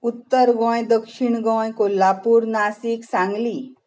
उत्तर गोंय दक्षीण गोंय कोल्हापूर नासीक सांगली